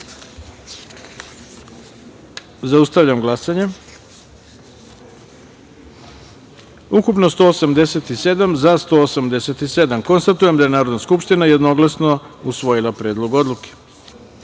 taster. Zaustavljam glasanje: ukupno - 187, za – 187.Konstatujem da je Narodna skupština jednoglasno usvojila Predlog odluke. Dame